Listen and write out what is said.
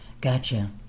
Gotcha